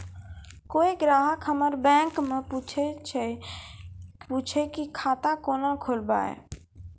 कोय ग्राहक हमर बैक मैं पुछे की खाता कोना खोलायब?